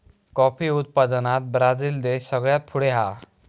coffee उत्पादनात Brazil देश सगळ्यात पुढे हा